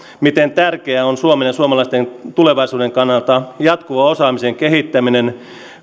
miten tärkeää on suomen ja suomalaisten tulevaisuuden kannalta jatkuva osaamisen kehittäminen